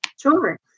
Sure